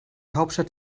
hauptstadt